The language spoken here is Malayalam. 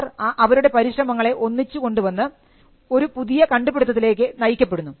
അവർ ആരുടെ പരിശ്രമങ്ങളെ ഒന്നിച്ചു കൊണ്ടുവന്ന് ഒരു പുതിയ കണ്ടുപിടുത്തത്തിലേക്ക് നയിക്കപ്പെടുന്നു